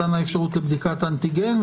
מתן האפשרות למתן האנטיגן,